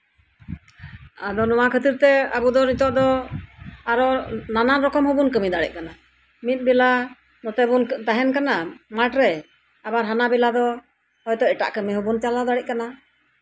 ᱟᱫᱚ ᱱᱚᱣᱟ ᱠᱷᱟᱹᱛᱤᱨᱛᱮ ᱱᱤᱛᱚᱜ ᱫᱚ ᱱᱟᱱᱟ ᱨᱚᱠᱚᱢ ᱦᱚᱸ ᱵᱚᱱ ᱠᱟᱹᱢᱤ ᱫᱟᱲᱮᱭᱟᱜ ᱠᱟᱱᱟ ᱢᱤᱫ ᱵᱮᱞᱟ ᱱᱚᱛᱮ ᱵᱚᱱ ᱛᱟᱸᱦᱮᱱ ᱠᱟᱱᱟ ᱢᱟᱴᱷᱨᱮ ᱦᱳᱭᱛᱳ ᱦᱟᱱᱟ ᱵᱮᱞᱟ ᱫᱚ ᱮᱴᱟᱜ ᱠᱟᱹᱢᱤ ᱦᱚᱵᱚᱱ ᱪᱟᱞᱟᱣ ᱫᱟᱲᱮᱭᱟᱜ ᱠᱟᱱᱟ